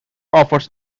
offers